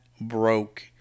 broke